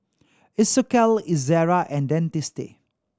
Isocal Ezerra and Dentiste